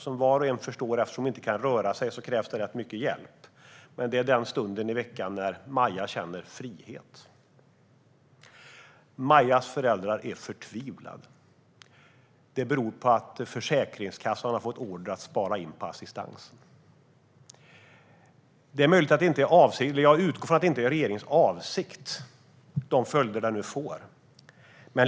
Eftersom hon inte kan röra sig förstår var och en att det krävs mycket hjälp. Men det är den stunden i veckan då Maja känner frihet. Majas föräldrar är förtvivlade. Det beror på att Försäkringskassan har fått order om att spara in på assistansen. Jag utgår från att de följder det får inte är regeringens avsikt.